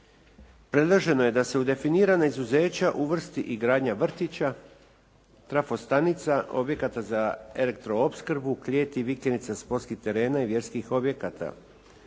predloženo je da se u definirana izuzeća uvrsti i gradnja vrtića, trafostanica objekata za elektroopskrbu, kleti, vikendica, sportskih terena i vjerskih objekata.